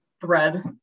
thread